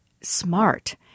Smart